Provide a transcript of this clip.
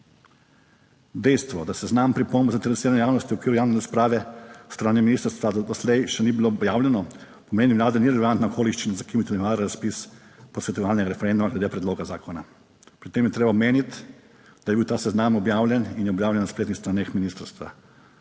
Dejstvo, da seznam pripomb zainteresirane javnosti v okviru javne razprave s strani ministrstva doslej še ni bilo objavljeno, po mnenju Vlade ni relevantna okoliščina za / nerazumljivo/ razpis posvetovalnega referenduma glede predloga zakona. Pri tem je treba omeniti, da je bil ta seznam objavljen in je objavljen na spletnih straneh ministrstva,